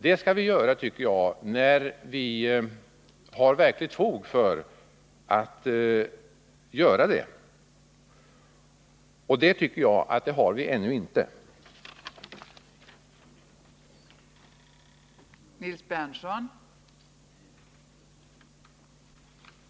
Det tycker jag vi skall göra först när vi har verkligt fog för det, men det tycker jag att vi ännu inte har.